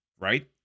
right